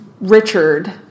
Richard